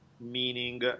meaning